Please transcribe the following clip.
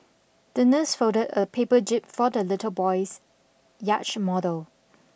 the nurse folded a paper jib for the little boy's yacht model